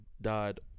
Died